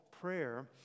prayer